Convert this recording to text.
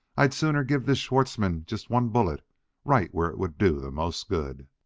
i'd sooner give this schwartzmann just one bullet right where it would do the most good.